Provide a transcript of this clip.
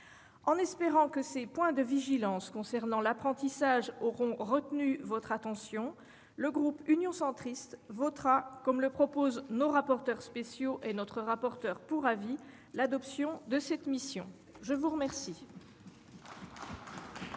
En espérant que ces points de vigilance concernant l'apprentissage auront retenu votre attention, le groupe Union Centriste votera, comme le proposent nos rapporteurs spéciaux et notre rapporteur pour avis, les crédits de cette mission. La parole